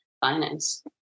finance